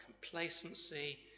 complacency